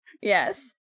Yes